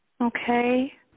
Okay